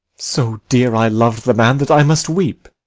so dear i lov'd the man that i must weep.